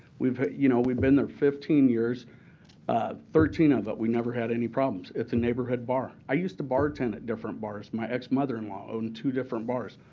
we've you know we've been there fifteen years thirteen of it we never had any problems at the neighborhood bar. i used to bar tend at different bars. my ex mother-in-law owned two different bars.